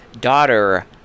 daughter